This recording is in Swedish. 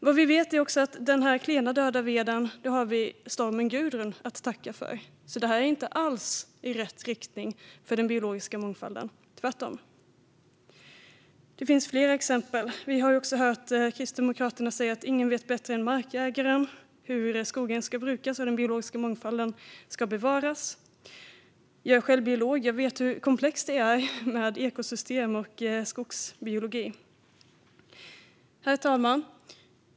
Vad vi också vet är att den här klena döda veden har vi stormen Gudrun att tacka för. Detta är alltså inte alls i rätt riktning för den biologiska mångfalden, tvärtom. Det finns fler exempel. Vi har också hört Kristdemokraterna säga att ingen vet bättre än markägaren hur skogen ska brukas och den biologiska mångfalden bevaras. Jag är själv biolog och vet hur komplext det är med ekosystem och skogsbiologi. Herr talman!